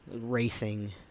racing